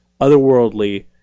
otherworldly